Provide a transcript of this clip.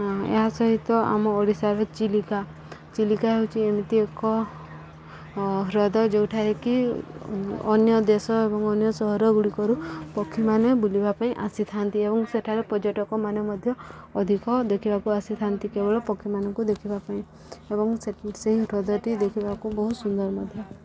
ଏହା ସହିତ ଆମ ଓଡ଼ିଶାର ଚିଲିକା ଚିଲିକା ହେଉଛି ଏମିତି ଏକ ହ୍ରଦ ଯେଉଁଠାରେକିି ଅନ୍ୟ ଦେଶ ଏବଂ ଅନ୍ୟ ସହର ଗୁଡ଼ିକରୁ ପକ୍ଷୀମାନେ ବୁଲିବା ପାଇଁ ଆସିଥାନ୍ତି ଏବଂ ସେଠାରେ ପର୍ଯ୍ୟଟକମାନେ ମଧ୍ୟ ଅଧିକ ଦେଖିବାକୁ ଆସିଥାନ୍ତି କେବଳ ପକ୍ଷୀମାନଙ୍କୁ ଦେଖିବା ପାଇଁ ଏବଂ ସେହି ହ୍ରଦଟି ଦେଖିବାକୁ ବହୁତ ସୁନ୍ଦର ମଧ୍ୟ